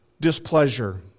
displeasure